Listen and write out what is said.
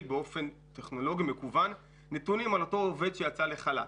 באופן טכנולוגי מקוון נתונים על אותו עובד שיצא לחל"ת.